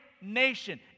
nation